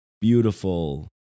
beautiful